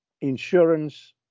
insurance